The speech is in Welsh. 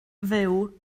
fyw